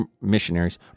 missionaries